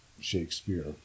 Shakespeare